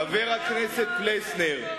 חבר הכנסת פלסנר,